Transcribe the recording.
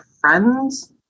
friends